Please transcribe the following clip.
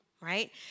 right